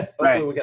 Right